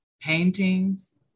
paintings